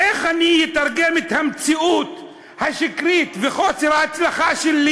איך אני אתרגם את המציאות השקרית ואת חוסר ההצלחה שלי